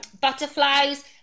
butterflies